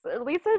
Lisa